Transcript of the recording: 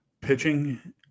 Pitching